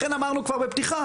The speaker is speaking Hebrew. לכן אמרנו כבר בפתיחה,